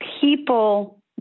people